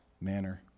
manner